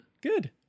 Good